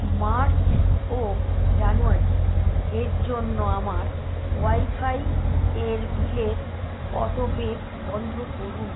March ও January এর জন্য আমার ওয়াইফাই এর বিলের অটো পে বন্ধ করুন